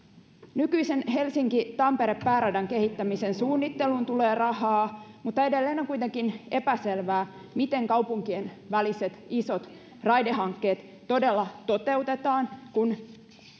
nykyisen helsinki tampere pääradan kehittämisen suunnitteluun tulee rahaa mutta edelleen on kuitenkin epäselvää miten kaupunkien väliset isot raidehankkeet todella toteutetaan kun